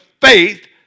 faith